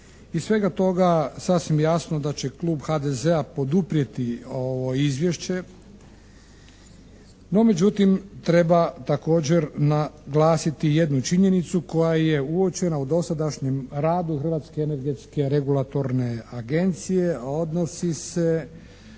Iz svega toga sasvim jasno da će klub HDZ-a poduprijeti ovo izvješće, no međutim treba također naglasiti jednu činjenicu koja je uočena u dosadašnjem radu Hrvatske energetske regulatorne agencije a odnosi se